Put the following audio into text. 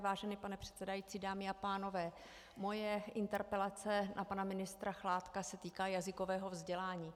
Vážený pane předsedající, dámy a pánové, moje interpelace na pana ministra Chládka se týká jazykového vzdělání.